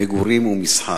מגורים ומסחר?